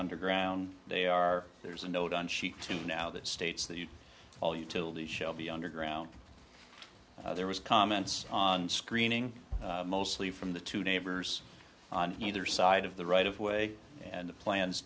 underground they are there's a note on sheet two now that states that you all utility shall be underground there was comments on screening mostly from the two neighbors on either side of the right of way and the plans